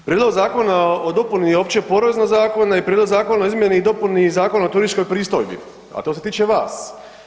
Prijedlog zakona o dopuni Općeg poreznog zakona i Prijedlog zakona o izmjeni i dopuni Zakona o turističkoj pristojbi, a to se tiče vas.